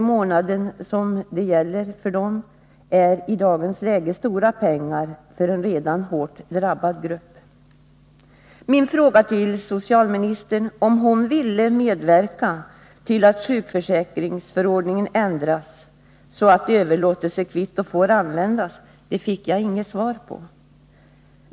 i månaden, som det är fråga om för dem, är i dagens läge stora pengar för en redan hårt drabbad grupp. Min fråga till socialministern, om hon ville medverka till att sjukförsäkringsförordningen ändras så att överlåtelsekvitton får användas, fick jag inget svar på.